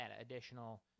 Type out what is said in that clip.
additional